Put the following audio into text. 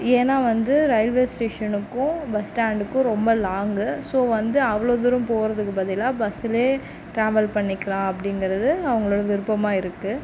ஏன்னா வந்து ரயில்வே ஸ்டேஷனுக்கும் பஸ் ஸ்டாண்டுக்கும் ரொம்ப லாங்கு ஸோ வந்து அவ்வளோ தூரம் போகிறதுக்கு பதிலாக பஸ்ஸில் ட்ராவல் பண்ணிக்கலாம் அப்படிங்கறது அவங்களோட விருப்பமாக இருக்குது